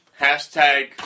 hashtag